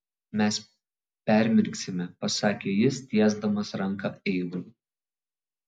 mes permirksime pasakė jis tiesdamas ranką eivai